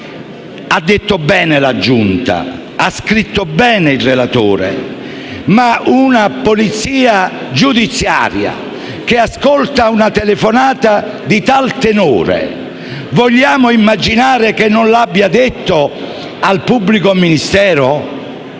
ha detto bene la Giunta, ha scritto bene il relatore: una polizia giudiziaria che ascolta una telefonata di tal tenore, vogliamo immaginare che non l'abbia detto al pubblico ministero?